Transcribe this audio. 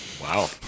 Wow